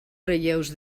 relleus